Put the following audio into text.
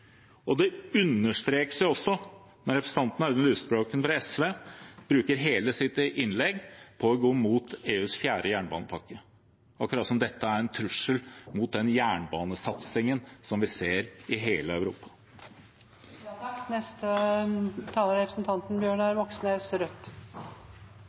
Det understrekes også når representanten Audun Lysbakken fra SV bruker hele sitt innlegg på å gå imot EUs fjerde jernbanepakke, akkurat som om dette er en trussel mot den jernbanesatsingen vi ser i hele